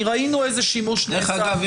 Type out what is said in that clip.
ראינו איזה שימוש נעשה --- דרך אגב,